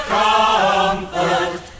comfort